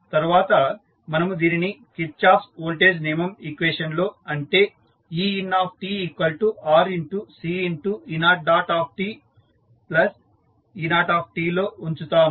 తరువాత మనము దీనిని కిర్చాఫ్ వోల్టేజ్ నియమం ఈక్వేషన్ లో అంటే eintRCe0te0 లో ఉంచుతాము